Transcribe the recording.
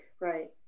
Right